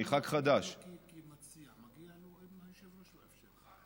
אני חבר כנסת חדש.